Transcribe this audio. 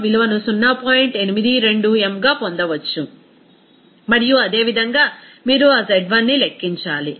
82 mగా పొందవచ్చు మరియు అదేవిధంగా మీరు ఆ z1ని లెక్కించాలి